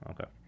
Okay